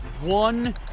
One